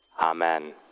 Amen